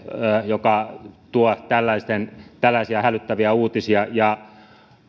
joka tuo tällaisia hälyttäviä uutisia